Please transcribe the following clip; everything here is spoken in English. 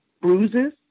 bruises